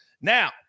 Now